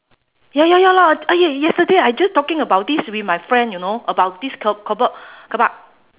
ya ya ya lah eh yesterday I just talking about this with my friend you know about this ke~ kebab kebab